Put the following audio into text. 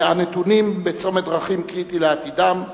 הנתונים בצומת דרכים קריטי לעתידם,